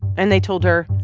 and they told her,